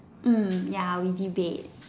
mm ya we debate